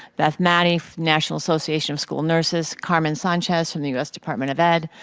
beth mattey, national association of school nurses, carmen sanchez from the u s. department of ed,